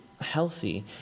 healthy